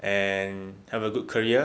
and have a good career